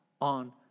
on